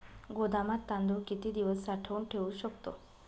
गोदामात तांदूळ किती दिवस साठवून ठेवू शकतो?